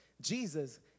Jesus